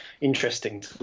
interesting